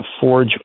forge